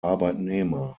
arbeitnehmer